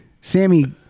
Sammy